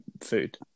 food